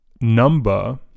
number